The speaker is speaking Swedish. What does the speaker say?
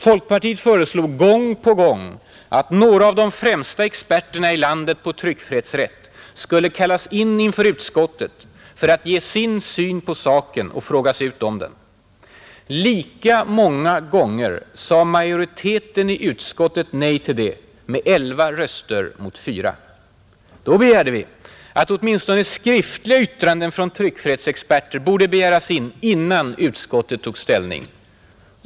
Folkpartiet föreslog gång på gång att några av de främsta experterna i landet på tryckfrihetsrätt skulle kallas in inför utskottet för att ge sin syn på saken och frågas ut om den. Lika många gånger sade majoriteten i utskottet nej till det, med 11 röster mot 4. Då begärde vi att åtminstone skriftliga yttranden från tryckfrihetsexperter skulle infordras innan utskottet tog ställning.